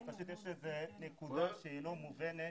יש פשוט נקודה שהיא לא מובנת.